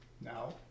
Now